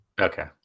Okay